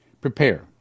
Prepare